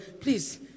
Please